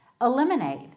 eliminate